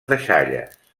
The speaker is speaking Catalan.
deixalles